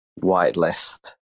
whitelist